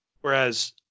Whereas